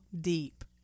deep